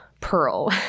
Pearl